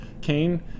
Cain